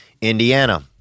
Indiana